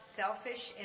selfish